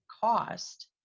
cost